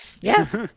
Yes